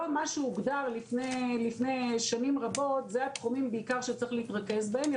לא מה שהוגדר לפני שנים רבות אלה התחומים שבעיקר צריך להתרכז בהם.